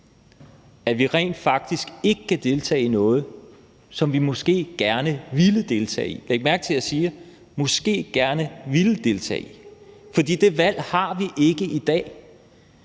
at vi rent faktisk ikke kan deltage i noget, som vi måske gerne ville deltage i. Læg mærke til, at jeg siger »måske gerne ville deltage i«, for det valg har vi ikke i dag.